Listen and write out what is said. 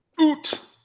Oot